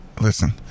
Listen